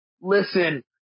listen